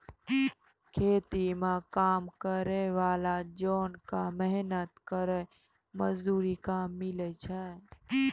खेती म काम करै वाला जोन क मेहनत केरो मजदूरी कम मिलै छै